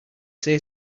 say